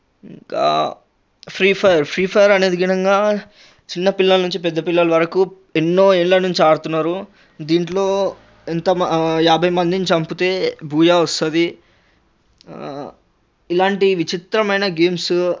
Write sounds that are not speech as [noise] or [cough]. ఇంకా Free Fire Free Fire అనేది కూడా ఇంకా చిన్న పిల్లల నుంచి పెద్ద పిల్లల వరకు ఎన్నో ఏళ్ల నుంచి ఆడుతున్నారు దింట్లో ఎంత యాభై మందిని చంపుతే [unintelligible] వస్తుంది ఇలాంటి విచిత్రమైన గేమ్స్